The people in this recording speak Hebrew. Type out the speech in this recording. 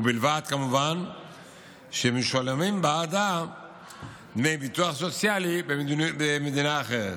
ובלבד שמשולמים בעדה דמי ביטוח סוציאלי במדינה אחרת,